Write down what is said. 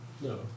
No